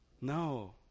No